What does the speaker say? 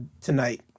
tonight